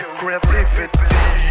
creativity